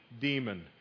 demon